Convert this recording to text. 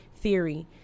theory